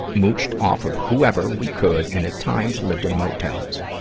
mooched off of whoever we could, and at times lived in motels.